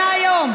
88 יום.